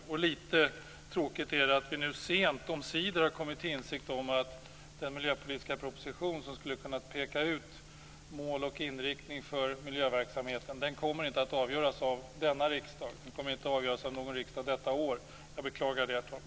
Det är litet tråkigt att vi nu sent omsider har kommit till insikt om att den miljöpolitiska proposition som skulle ha kunnat peka ut mål och inriktning för miljöverksamheten inte kommer att avgöras av denna riksdag. Den kommer inte att avgöras av någon riksdag under detta år. Det beklagar jag, herr talman.